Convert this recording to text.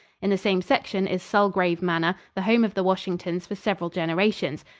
in the same section is sulgrave manor, the home of the washingtons for several generations,